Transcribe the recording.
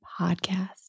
podcast